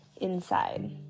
inside